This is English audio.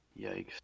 Yikes